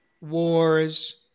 wars